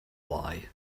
why